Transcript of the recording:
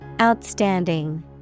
Outstanding